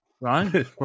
right